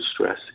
stress